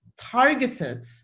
targeted